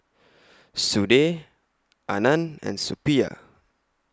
Sudhir Anand and Suppiah